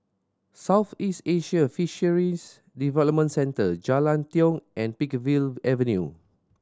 Southeast Asian Fisheries Development Centre Jalan Tiong and Peakville Avenue